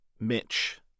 Mitch